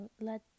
let